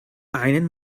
einen